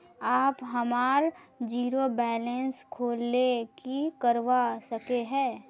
आप हमार zero balance खोल ले की करवा सके है?